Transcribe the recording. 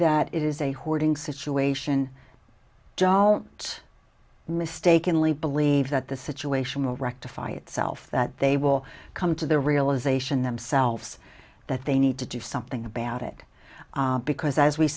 that it is a hoarding situation but mistakenly believe that the situation will rectify itself that they will come to the realization themselves that they need to do something about it because as we